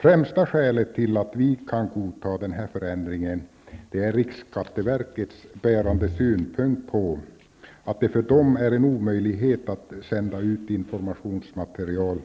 Främsta skälet till att vi kan godta denna förändring är riksskatteverkets bärande synpunkt på att det för riksskatteverket är en omöjlighet att sända ut informationsmaterial